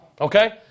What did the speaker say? okay